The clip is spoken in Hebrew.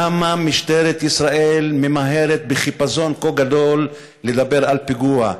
למה משטרת ישראל ממהרת בחיפזון כה גדול לדבר על פיגוע?